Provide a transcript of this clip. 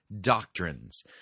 doctrines